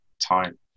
time